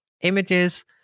Images